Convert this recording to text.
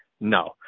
No